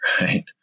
right